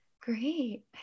Great